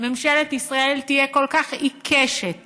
ממשלת ישראל תהיה כל כך עיקשת